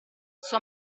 sua